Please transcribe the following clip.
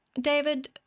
David